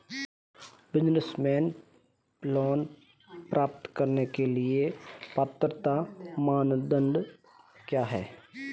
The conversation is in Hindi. बिज़नेस लोंन प्राप्त करने के लिए पात्रता मानदंड क्या हैं?